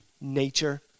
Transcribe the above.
nature